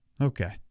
okay